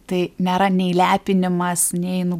tai nėra nei lepinimas nei nu